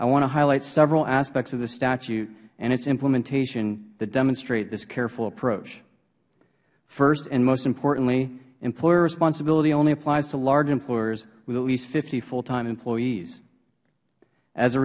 i want to highlight several aspects of the statute and its implementation that demonstrate this careful approach first and most important employer responsibility only applies to large employers with at least fifty full time employees as a